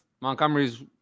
Montgomery's